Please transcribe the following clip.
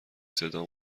صدا